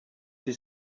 his